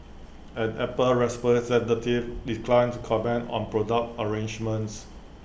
an Apple declined to comment on product arrangements